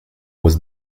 was